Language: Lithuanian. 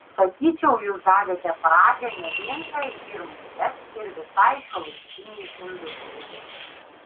sakyčiau jūs davėte pradžią ne vien šiai firmai bet ir visai šiuolaikinei industrijai